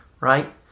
right